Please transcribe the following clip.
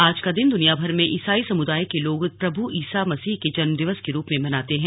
आज का दिन दुनियाभर में इसाई समुदाय के लोग प्रभु ईसा मसीह के जन्मदिवस के रूप में मनाते हैं